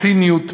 הציניות,